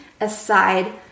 aside